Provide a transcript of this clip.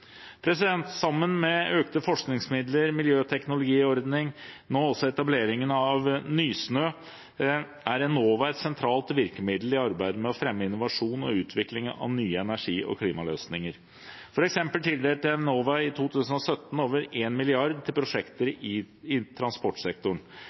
Sammen med økte forskningsmidler, Miljøteknologiordningen, og nå også etableringen av Nysnø, er Enova et sentralt virkemiddel i arbeidet med å fremme innovasjon og utvikling av nye energi- og klimaløsninger. For eksempel tildelte Enova i 2017 over 1 mrd. kr til